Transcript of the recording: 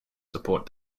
support